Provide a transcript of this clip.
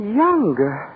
younger